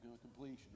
completion